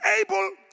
able